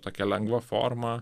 tokia lengva forma